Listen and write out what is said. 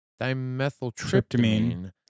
dimethyltryptamine